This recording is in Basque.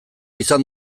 izan